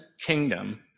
kingdom